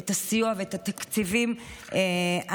את הסיוע ואת התקציבים הנדרשים.